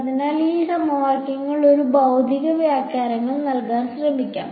അതിനാൽ ഇപ്പോൾ ഈ സമവാക്യങ്ങൾക്ക് ഒരു ഭൌതിക വ്യാഖ്യാനം നൽകാൻ ശ്രമിക്കാം